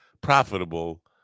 profitable